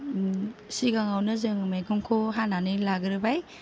सिगाङावनो जों मैगंखौ हानानै लाग्रोबाय